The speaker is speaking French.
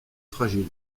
fragile